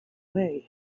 way